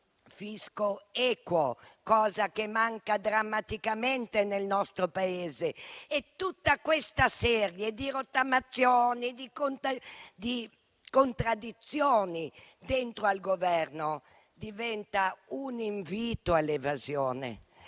fisco equo, che manca drammaticamente nel nostro Paese? Tutta questa serie di rottamazioni e contraddizioni dentro al Governo diventa un invito all'evasione